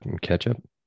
ketchup